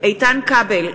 איתן כבל,